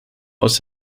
aus